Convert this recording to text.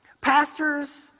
pastors